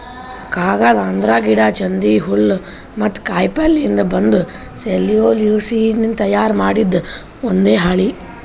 ಕಾಗದ್ ಅಂದ್ರ ಗಿಡಾ, ಚಿಂದಿ, ಹುಲ್ಲ್ ಮತ್ತ್ ಕಾಯಿಪಲ್ಯಯಿಂದ್ ಬಂದ್ ಸೆಲ್ಯುಲೋಸ್ನಿಂದ್ ತಯಾರ್ ಮಾಡಿದ್ ಒಂದ್ ಹಾಳಿ